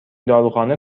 داروخانه